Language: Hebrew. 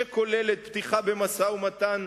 שכוללת פתיחה במשא-ומתן,